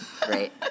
great